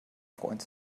freund